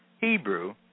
Hebrew